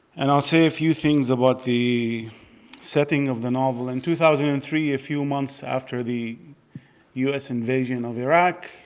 and i'll say a few things about the setting of the novel. in two thousand and three, a few months after the u s. invasion of iraq,